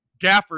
Gafford